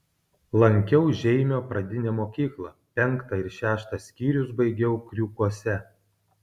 lankiau žeimio pradinę mokyklą penktą ir šeštą skyrius baigiau kriūkuose